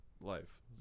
life